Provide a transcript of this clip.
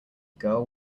girl